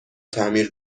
تعمیر